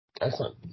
Excellent